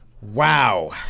wow